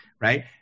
right